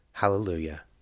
HALLELUJAH